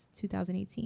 2018